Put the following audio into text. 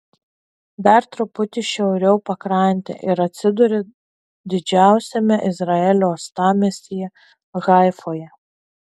dar truputį šiauriau pakrante ir atsiduri didžiausiame izraelio uostamiestyje haifoje